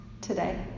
today